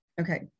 Okay